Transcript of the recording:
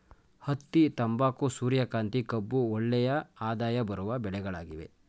ಹತ್ತಿ, ತಂಬಾಕು, ಸೂರ್ಯಕಾಂತಿ, ಕಬ್ಬು ಒಳ್ಳೆಯ ಆದಾಯ ಬರುವ ಬೆಳೆಗಳಾಗಿವೆ